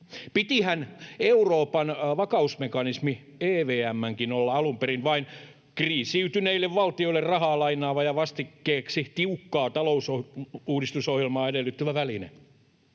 Pitihän Euroopan vakausmekanismi EVM:nkin olla alun perin vain kriisiytyneille valtioille rahaa lainaava ja vastikkeeksi tiukkaa talousuudistusohjelmaa edellyttävä väline.